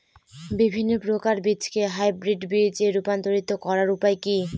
বিভিন্ন প্রকার বীজকে হাইব্রিড বীজ এ রূপান্তরিত করার উপায় কি?